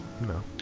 no